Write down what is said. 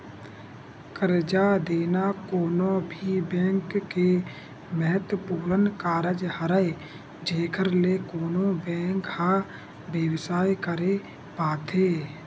करजा देना कोनो भी बेंक के महत्वपूर्न कारज हरय जेखर ले कोनो बेंक ह बेवसाय करे पाथे